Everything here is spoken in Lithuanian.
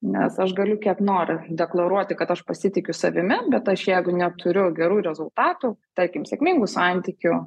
nes aš galiu kiek nori deklaruoti kad aš pasitikiu savimi bet aš jeigu neturiu gerų rezultatų tarkim sėkmingų santykių